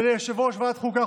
וליושב-ראש ועדת חוקה,